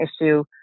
issue